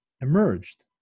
emerged